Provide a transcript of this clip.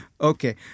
Okay